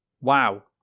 wow